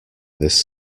this